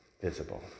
visible